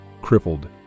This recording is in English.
Crippled